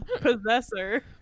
Possessor